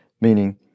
meaning